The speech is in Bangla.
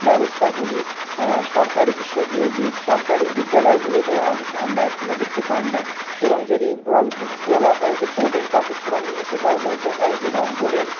ব্যবস্থাগুলি সরকারি বিশ্ব বিদ্যালয়গুলোতে আমরা এখনো দেখতে পাই না এবং যদি বলা হয় বোর্ডের পাঠক্রম নিয়ে সেটাও বলতে হয় নম্বরের